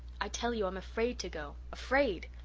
i tell you i'm afraid to go afraid.